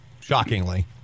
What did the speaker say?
shockingly